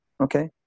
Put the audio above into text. okay